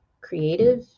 creative